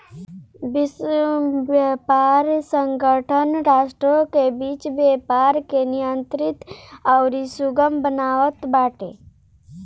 विश्व व्यापार संगठन राष्ट्रों के बीच व्यापार के नियंत्रित अउरी सुगम बनावत बाटे